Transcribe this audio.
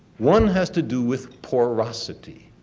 one has to do with porosity.